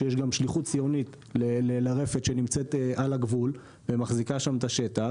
שיש גם שליחות ציונית לרפת שנמצאת על הגבול ומחזיקה את השטח